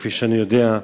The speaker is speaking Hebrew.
וכפי שאני יודע,